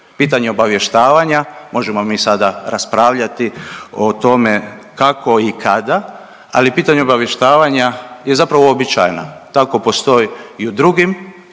Pitanje obavještavanja možemo mi sada raspravljati o tome kako i kada, ali pitanje obavještavanja je zapravo uobičajena, tako postoji i u drugim,